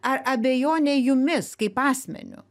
ar abejonė jumis kaip asmeniu